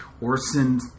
Orson